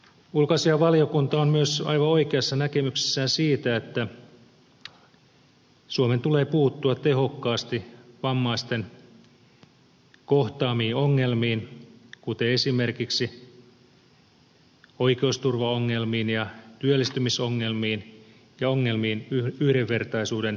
ulkoasiainvaliokunta on myös aivan oikeassa näkemyksessään siitä että suomen tulee puuttua tehokkaasti vammaisten kohtaamiin ongelmiin kuten esimerkiksi oikeusturvaongelmiin ja työllistymisongelmiin ja ongelmiin yhdenvertaisuuden saavuttamisessa